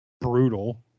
brutal